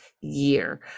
year